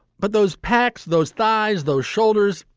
but those packs, those thighs, those shoulders,